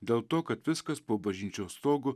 dėl to kad viskas po bažnyčios stogu